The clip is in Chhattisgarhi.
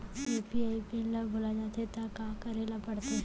यू.पी.आई पिन ल भुला जाथे त का करे ल पढ़थे?